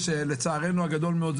לצערנו הגדול מאוד,